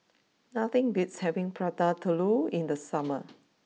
nothing beats having Prata Telur in the summer